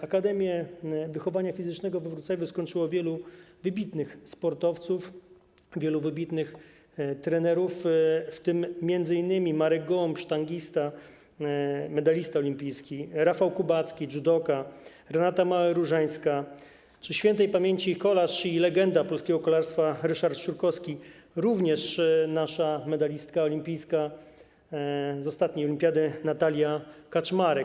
Akademię Wychowania Fizycznego we Wrocławiu skończyło wielu wybitnych sportowców, wielu wybitnych trenerów, w tym m.in.: Marek Gołąb - sztangista, medalista olimpijski, Rafał Kubacki, dżudoka, Renata Mauer-Różańska czy śp. kolarz i legenda polskiego kolarstwa Ryszard Szurkowski, również nasza medalistka olimpijska z ostatniej olimpiady Natalia Kaczmarek.